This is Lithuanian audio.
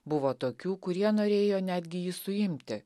buvo tokių kurie norėjo netgi jį suimti